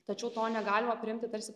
tačiau to negalima priimti tarsi